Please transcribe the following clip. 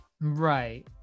Right